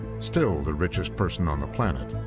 still the richest person on the planet.